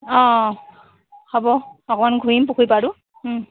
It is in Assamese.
অ হ'ব অকণমান ঘূৰিম পুখুৰীৰ পাৰটো